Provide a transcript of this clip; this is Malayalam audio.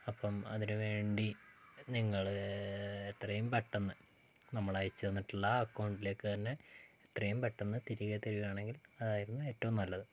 അപ്പം അതിന് വേണ്ടി നിങ്ങള് എത്രയും പെട്ടെന്ന് നമ്മൾ അയച്ച് തന്നിട്ടുള്ള അക്കൗണ്ടിലേക്ക് തന്നെ എത്രയും പെട്ടെന്ന് തിരികെ തരികയാണെങ്കിൽ അതായിരുന്നു ഏറ്റവും നല്ലത്